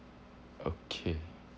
okay